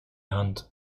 hand